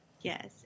Yes